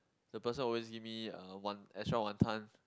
the person always give me uh one extra wonton